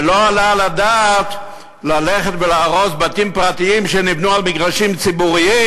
ולא עולה על הדעת ללכת ולהרוס בתים פרטיים שנבנו על מגרשים ציבוריים,